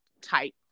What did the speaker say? type